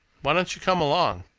why don't you come along?